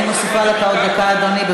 אני מוסיפה לך עוד דקה, אדוני.